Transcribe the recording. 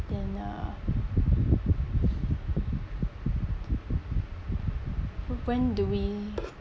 then uh w~ when do we